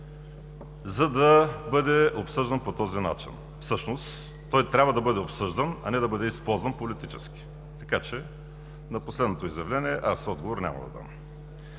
за да бъде обсъждан по този начин. Всъщност той трябва да бъде обсъждан, а не да бъде използван политически, така че на последното изявление отговор няма да дам.